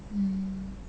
mm